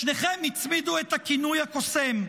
לשניכם הצמידו את הכינוי הקוסם,